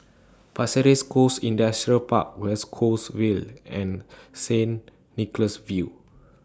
Pasir Ris Coast Industrial Park West Coast Vale and Saint Nicholas View